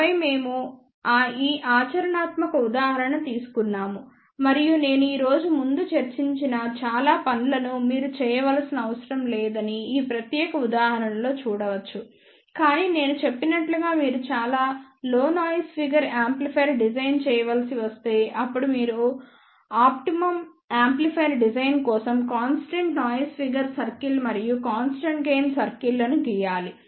ఆపై మేము ఈ ఆచరణాత్మక ఉదాహరణను తీసుకున్నాము మరియు నేను ఈ రోజు ముందు చర్చించిన చాలా పనులను మీరు చేయనవసరం లేదని ఈ ప్రత్యేక ఉదాహరణలో చూడవచ్చు కాని నేను చెప్పినట్లుగా మీరు చాలా లో నాయిస్ ఫిగర్ యాంప్లిఫైయర్ డిజైన్ చేయవలసి వస్తే అప్పుడు మీరు ఆప్టిమమ్ యాంప్లిఫైయర్ డిజైన్ కోసం కాన్స్టెంట్ నాయిస్ ఫిగర్ సర్కిల్ మరియు కాన్స్టెంట్ గెయిన్ సర్కిల్లను గీయాలి